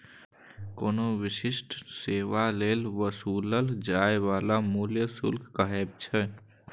कोनो विशिष्ट सेवा लेल वसूलल जाइ बला मूल्य शुल्क कहाबै छै